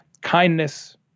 kindness